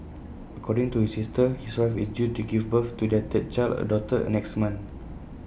according to his sister his wife is due to give birth to their third child A daughter next month